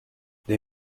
they